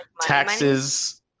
taxes